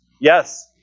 Yes